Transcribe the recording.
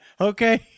Okay